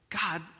God